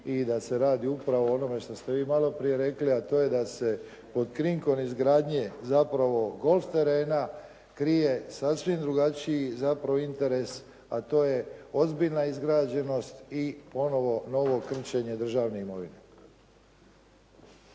i da se radi upravo o onome što ste vi maloprije rekli, a to je da se pod krinkom izgradnje zapravo golf terena krije sasvim drugačiji zapravo interes, a to je ozbiljna izgrađenost i ponovo novo krčenje državne imovine.